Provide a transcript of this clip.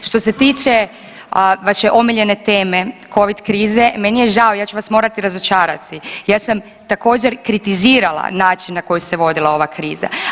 Što se tiče vaše omiljene teme covid krize meni je žao ja ću vas morati razočarati, ja sam također kritizirala način na koji se vodila ova kriza.